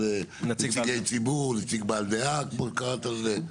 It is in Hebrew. נציגי ציבור, נציג בעל דעה כמו שקראת לזה?